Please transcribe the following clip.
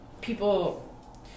people